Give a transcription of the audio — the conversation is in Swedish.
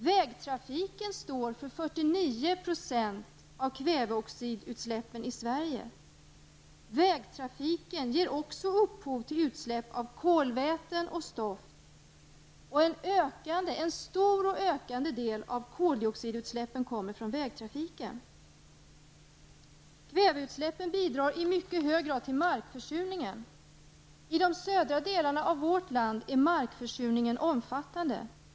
Vägtrafiken står för 49 % av kväveoxidutsläppen i Sverige, och den ger också upphov till utsläpp av kolväten och stoft. En stor och ökande del av koldioxidutsläppen kommer från vägtrafiken. Kväveutsläppen bidrar i mycket hög grad till markförsurningen. I de södra delarna av vårt land är markförsurningen omfattande.